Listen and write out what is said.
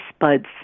buds